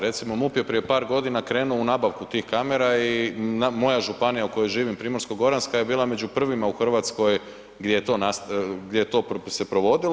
Recimo MUP je prije par godina krenuo u nabavku tih kamera i moja županija u kojoj živim Primorsko-goranska je bila među prvima u Hrvatskoj gdje se je to provodilo.